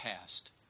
past